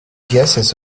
gases